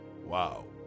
wow